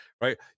right